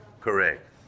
Correct